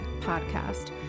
podcast